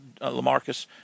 LaMarcus